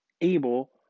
able